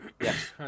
Yes